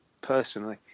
personally